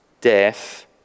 Death